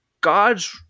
god's